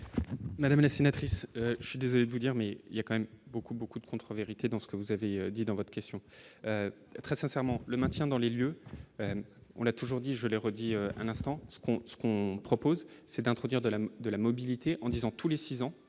Madame la sénatrice, je suis désolé de vous dire, mais il y a quand même beaucoup, beaucoup de contre-vérité dans ce que vous avez dit dans votre question, très sincèrement, le maintien dans les lieux, on a toujours dit, je le redis, un instant ce qu'on ce qu'on propose c'est d'introduire de la de la mobilité en disant tous les 6 ans